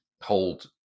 hold